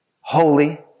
holy